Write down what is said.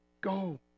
Go